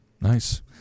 Nice